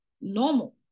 normal